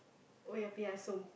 oh-yah-peh-yah-som